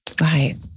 right